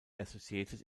associated